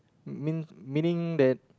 mean meaning that